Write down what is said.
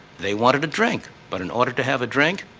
they wanted a drink, but in order to have a drink,